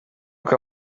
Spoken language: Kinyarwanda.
uko